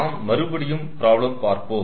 நாம் மறுபடியும் ப்ராப்ளம் பார்ப்போம்